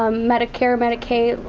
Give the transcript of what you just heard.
ah medicare, medicaid,